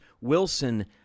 Wilson